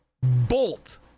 Bolt